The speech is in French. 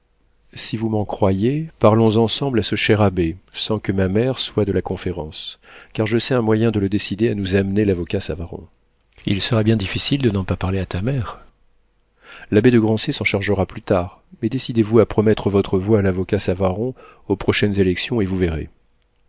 si vous m'en croyez parlons ensemble à ce cher abbé sans que ma mère soit de la conférence car je sais un moyen de le décider à nous amener l'avocat savaron il sera bien difficile de n'en pas parler à ta mère l'abbé de grancey s'en chargera plus tard mais décidez-vous à promettre votre voix à l'avocat savaron aux prochaines élections et vous verrez